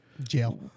Jail